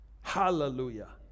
Hallelujah